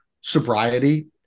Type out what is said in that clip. sobriety